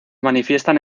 manifiestan